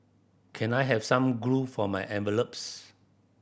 can I have some glue for my envelopes